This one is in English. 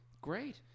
great